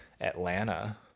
Atlanta